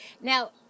Now